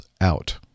out